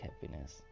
happiness